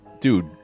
dude